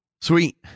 Sweet